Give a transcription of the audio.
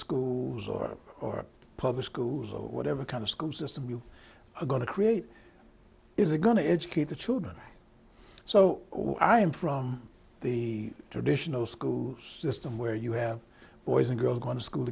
schools or or public schools or whatever kind of school system you are going to create is a going to educate the children so i am from the traditional school system where you have boys and girls going to school